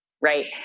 right